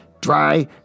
dry